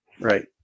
Right